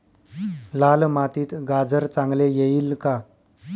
लाल मातीत गाजर चांगले येईल का?